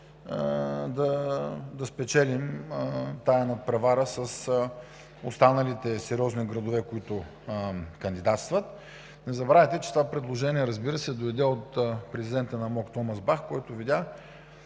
да спечелим надпреварата с останалите сериозни градове, които кандидатстват. Не забравяйте, че това предложение дойде от президента на МОК Томас Бах, който видя